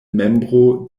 membro